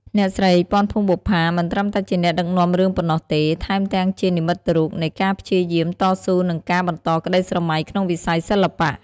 អ្នកស្រី ពាន់ ភួងបុប្ផា មិនត្រឹមតែជាអ្នកដឹកនាំរឿងប៉ុណ្ណោះទេ ថែមទាំងជា និមិត្តរូប នៃការព្យាយាម តស៊ូ និងការបន្តក្តីស្រមៃក្នុងវិស័យសិល្បៈ។